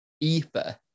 ether